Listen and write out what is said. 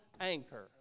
anchor